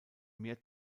mehr